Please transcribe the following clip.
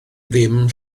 ddim